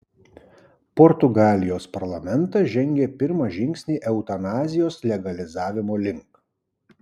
portugalijos parlamentas žengė pirmą žingsnį eutanazijos legalizavimo link